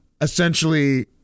essentially